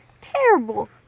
terrible